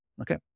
Okay